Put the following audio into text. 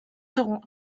seront